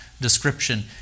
description